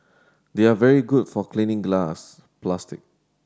they are very good for cleaning glass plastic